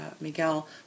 Miguel